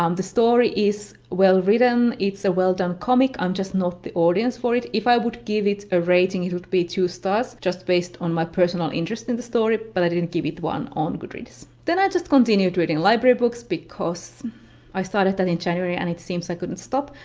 the story is well written, it's a well done comic, i'm just not the audience for it. if i would give it a rating, it would be two stars just based on my personal interest in the story, but i didn't give it one on goodreads. then i just continued reading library books, because i started that in january and it seems i couldn't stop,